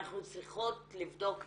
אנחנו צריכות לבדוק מעבר.